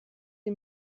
sie